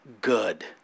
good